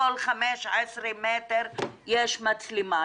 כל 15 מטר יש מצלמה,